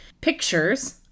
pictures